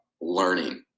learning